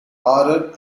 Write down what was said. horror